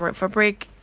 but fabric